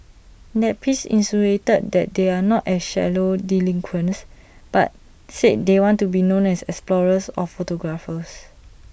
the piece insinuated that they are not A shallow delinquents but said they want to be known as explorers or photographers